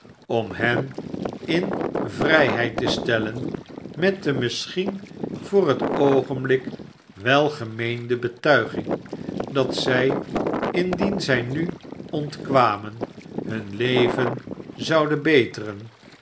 om hen in vrijheid te stellen met de misschien voor het oogenblik welgemeende betuiging dat zrj indien zij nu ontkwamen hun leven zouden beteren